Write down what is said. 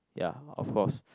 ya of course